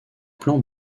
plan